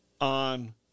on